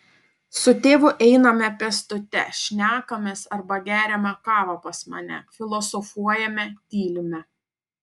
su tėvu einame pėstute šnekamės arba geriame kavą pas mane filosofuojame tylime